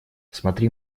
смотри